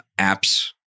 apps